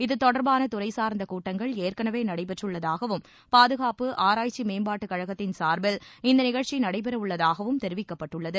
இத்தொடர்பான துறை சார்ந்த கூட்டங்கள் ஏற்களவே நடைபெற்றுள்ளதாகவும் பாதுகாப்பு ஆராய்ச்சி மேம்பாட்டுக்கழகத்தின் சார்பில் இந்த நிகழ்ச்சி நடைபெறவுள்ளதாகவும் தெரிவிக்கப்பட்டுள்ளது